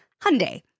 Hyundai